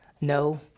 no